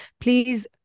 please